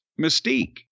mystique